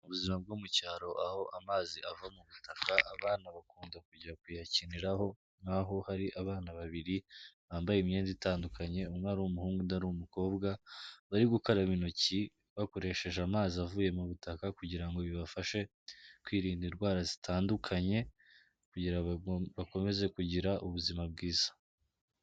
Ubuzima bwo mu cyaro aho amazi ava mu butaka, abana bakunda kujya kuyakiniraho, nk'aho hari abana babiri bambaye imyenda itandukanye, umwe ari umuhungu undi ari umukobwa, bari gukaraba intoki bakoresheje amazi avuye mu butaka kugira ngo bibafashe kwirinda indwara zitandukanye kugira bakomeze kugira ubuzima bwiza.